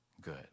good